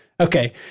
Okay